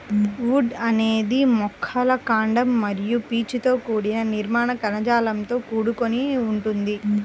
would అనేది మొక్కల కాండం మరియు పీచుతో కూడిన నిర్మాణ కణజాలంతో కూడుకొని ఉంటుంది